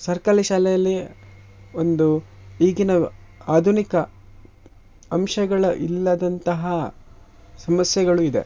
ಸರ್ಕಾರಿ ಶಾಲೆಯಲ್ಲಿ ಒಂದು ಈಗಿನ ಆಧುನಿಕ ಅಂಶಗಳ ಇಲ್ಲದಂತಹ ಸಮಸ್ಯೆಗಳು ಇದೆ